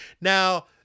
Now